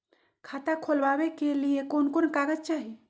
खाता खोलाबे के लिए कौन कौन कागज चाही?